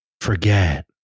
forget